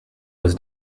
was